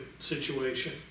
situation